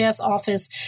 office